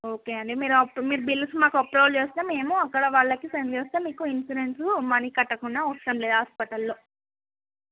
okay అండి మీరు మీరు బిల్స్ మాకు అప్లోడ్ చేస్తే మేము అక్కడ వాళ్ళకు సెండ్ చేస్తే మీకు ఇన్సూరెన్స్ మనీ కట్టకుండా అవసరం లేదు హాస్పిటల్లో